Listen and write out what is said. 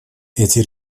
эти